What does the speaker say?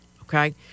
okay